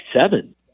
seven